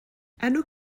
enw